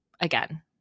again